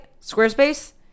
Squarespace